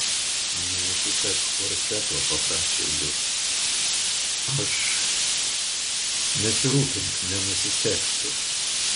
nenusisek korseto paprašė jis aš nesirūpink nenusisegsiu